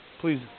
Please